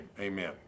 amen